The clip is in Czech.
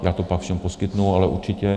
Já to pak všem poskytnu, ale určitě.